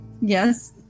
yes